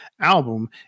album